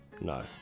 No